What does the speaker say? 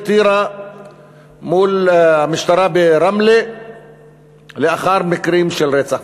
טירה מול המשטרה ברמלה לאחר מקרים של רצח.